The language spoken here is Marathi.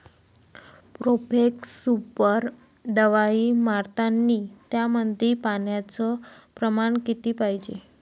प्रोफेक्स सुपर दवाई मारतानी त्यामंदी पान्याचं प्रमाण किती पायजे?